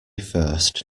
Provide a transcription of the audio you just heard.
first